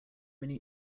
many